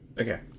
Okay